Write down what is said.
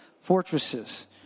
fortresses